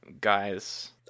guys